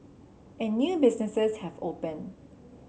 and new businesses have opened